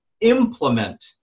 implement